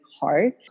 hard